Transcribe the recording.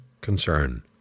concern